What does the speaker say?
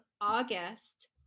august